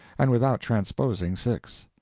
and without transposing six.